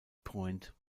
point